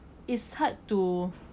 it's hard to